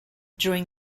during